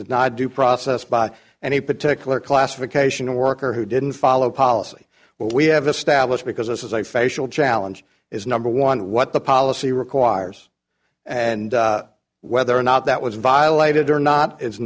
not due process by any particular classification a worker who didn't follow policy but we have established because this is a facial challenge is number one what the policy requires and whether or not that was violated or not is